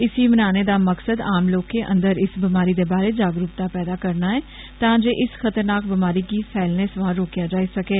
इसी मनाने दा मकसद आम लोकें अंदर इस बमारी दे बारै जागरूकता पैदा करना ऐ तां जे इस खतरनाक बमारी गी फैसलने सवा रोकेआ जाई सकै